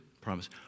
promise